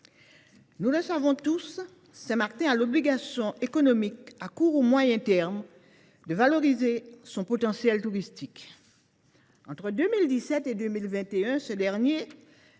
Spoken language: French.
Nous le savons tous, Saint Martin a l’obligation économique, à court ou moyen termes, de valoriser son potentiel touristique. Entre 2017 et 2021, le tourisme